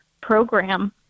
program